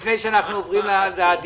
אני לא מדבר על המקצועות